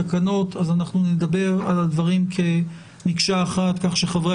אנחנו נדבר על הדברים כמקשה אחת כך שחברי